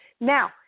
now